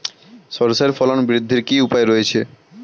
সর্ষের ফলন বৃদ্ধির কি উপায় রয়েছে?